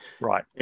Right